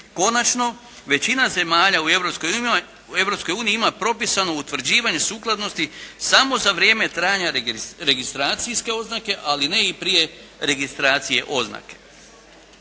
Konačno, većina zemalja u Europskoj uniji ima propisano usklađivanje sukladnosti samo za vrijeme trajanja registracijske oznake, ali ne i prije registracije oznake.